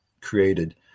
created